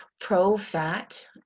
pro-fat